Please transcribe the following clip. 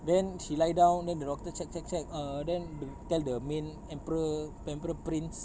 then she lie down then the doctor check check check err then the tell the main emperor emperor prince